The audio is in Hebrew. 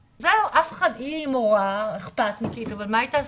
זהו, אף אחד, היא מורה שאכפת לה אבל מה היא תעשה?